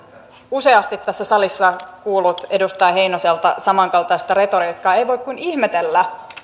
useasti tässä salissa kuullut edustaja heinoselta samankaltaista retoriikkaa ei voi kuin ihmetellä